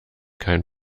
kein